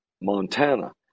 montana